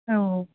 औ